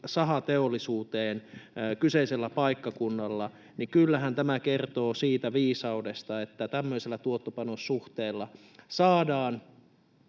sahateollisuuteen kyseisellä paikkakunnalla — niin kyllähän tämä kertoo siitä viisaudesta, että tämmöisellä tuotto—panos-suhteella saadaan